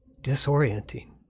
disorienting